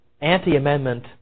anti-amendment